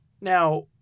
Now